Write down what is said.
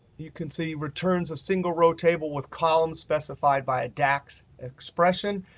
you can see returns a single row table with columns specified by a dax expression.